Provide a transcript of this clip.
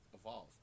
evolve